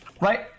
right